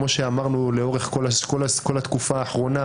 כמו שאמרנו לאורך כול התקופה האחרונה,